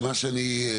כן, בבקשה.